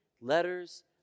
letters